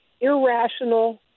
irrational